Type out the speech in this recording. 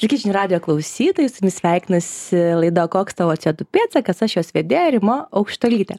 sveiki žinių radijo klausytojai su jumis sveikinasi laida koks tavo c o du pėdsakas aš jos vedėja rima aukštuolytė